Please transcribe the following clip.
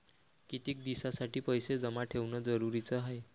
कितीक दिसासाठी पैसे जमा ठेवणं जरुरीच हाय?